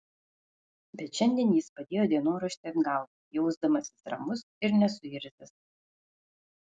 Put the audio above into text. bet šiandien jis padėjo dienoraštį atgal jausdamasis ramus ir nesuirzęs